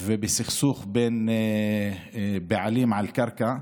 ובסכסוך בין בעלים על קרקע,